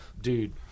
dude